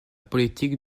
politique